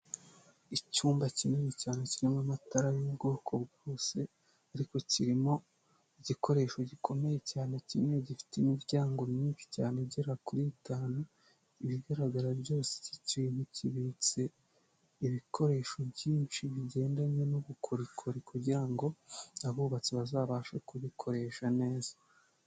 Icyumba kinini cyane kirimo amatara y'ubwoko bwose ariko kirimo igikoresho gikomeye cyane kimwe gifite imiryango myinshi cyane igera kuri itanu, ibigaragara byose iki kintu kibitse ibikoresho byinshi bigendanye n'ubukorikori kugira ngo abubatsi bazabashe kubikoresha neza.